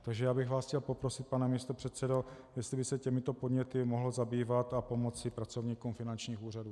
Takže já bych vás chtěl poprosit, pane místopředsedo, jestli byste se těmito podněty mohl zabývat a pomoci pracovníkům finančních úřadů.